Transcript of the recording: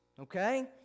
Okay